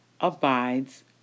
abides